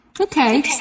Okay